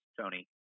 Tony